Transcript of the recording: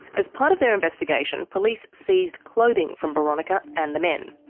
as part of their investigation, police seized clothing from boronika and the men.